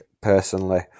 personally